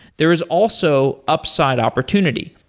there's also upside opportunity.